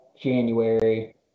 January